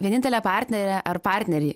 vienintelę partnerę ar partnerį